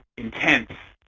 intense.